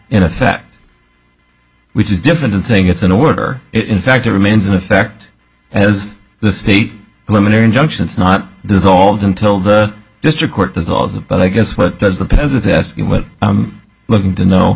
in effect which is different in saying it's an order it in fact remains in effect as the state eliminate injunctions not dissolved until the district court dissolves of but i guess what does the president's asking what i'm looking to know